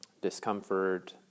discomfort